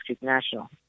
National